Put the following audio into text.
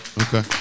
Okay